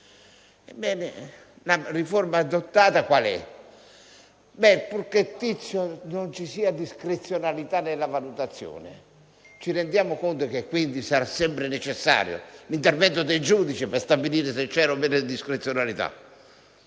reati. La riforma adottata prevede che non ci debba essere discrezionalità nella valutazione. Ci rendiamo conto che, quindi, sarà sempre necessario l'intervento del giudice per stabilire se c'era o meno discrezionalità?